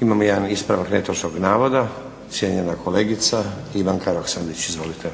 Imamo jedan ispravak netočnog navoda, cijenjena kolegica Ivanka Roksandić. Izvolite.